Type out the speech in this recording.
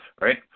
right